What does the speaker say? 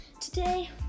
Today